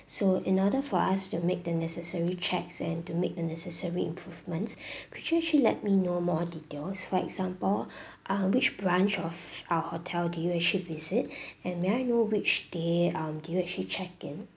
so in order for us to make the necessary checks and to make the necessary improvements could you actually let me know more details for example um which branch of our hotel do you actually visit and may I know which they um do you actually check in